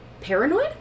Paranoid